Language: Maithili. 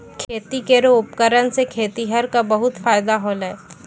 खेती केरो उपकरण सें खेतिहर क बहुत फायदा होलय